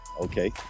Okay